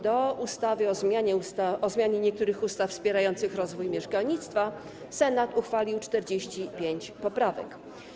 Do ustawy o zmianie niektórych ustaw wspierających rozwój mieszkalnictwa Senat uchwalił 45 poprawek.